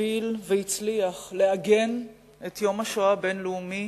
הוביל והצליח לעגן את יום השואה הבין-לאומי